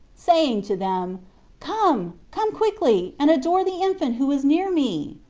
saying to them come, come quickly, and adore the infant who is near me.